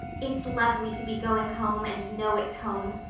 it's lovely to be going home and know it's home,